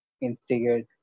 instigate